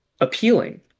appealing